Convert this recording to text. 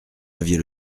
aviez